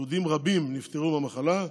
יהודים רבים נפטרו מהמחלה.